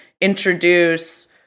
introduce